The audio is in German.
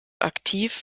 aktiv